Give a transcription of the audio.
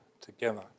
together